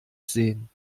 sehen